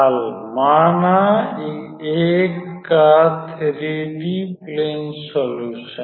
हल माना का 3 डी प्लेन सोल्युशन